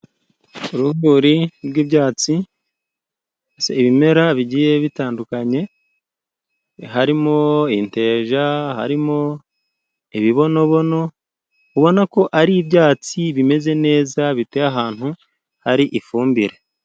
Urugori rw'ibyatsi, ibimera bigiye bitandukanye harimo inteja, harimo ibibonobono, ubona ko ari ibyatsi bimeze neza biteye ahantu hari ifumbire.